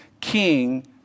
king